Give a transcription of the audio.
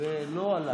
זה לא עלה.